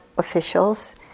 officials